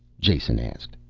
jason asked.